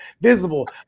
visible